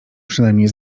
przynajmniej